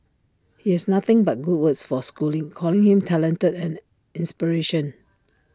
he has nothing but good words for schooling calling him talented and an inspiration